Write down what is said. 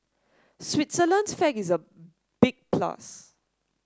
Switzerland's flag is a big plus